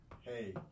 Hey